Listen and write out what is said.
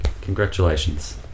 Congratulations